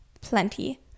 plenty